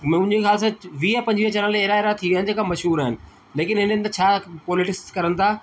मुंहिंजे ख़्याल सां चओ वीह पंजवीह चैनल अहिड़ा अहिड़ा थी विया आहिनि जेका मशहूरु आहिनि लेकिन हिननि में छा पॉलिटिक्स कनि था